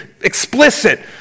explicit